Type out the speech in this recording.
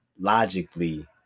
logically